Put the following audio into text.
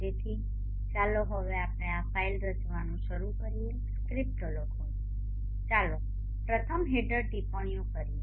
તેથી ચાલો હવે આપણે આ ફાઇલ રચવાનું શરૂ કરીએ સ્ક્રિપ્ટો લખો ચાલો પ્રથમ હેડર ટિપ્પણીઓ કરીએ